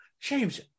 James